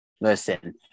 Listen